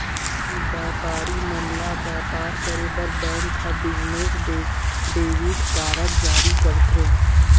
बयपारी मन ल बयपार करे बर बेंक ह बिजनेस डेबिट कारड जारी करथे